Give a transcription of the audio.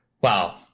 Wow